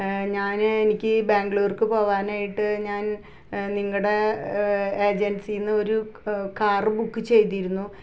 ഞാന് എനിക്ക് ബാംഗ്ലൂർക്ക് പോകാനായിട്ട് ഞാൻ നിങ്ങളുടെ ഏജൻസിയിൽ നിന്ന് ഒരു കാറു ബുക്ക് ചെയ്യ്തിരുന്നു